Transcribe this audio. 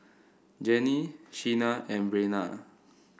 Jenni Sheena and Breanna